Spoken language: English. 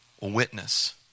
witness